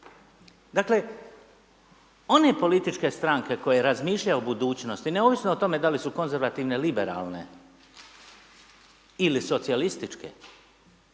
Dakle, one političke stranke koje razmišljaju o budućnosti, neovisno o tome da li su konzervativne, liberalne ili socijalističke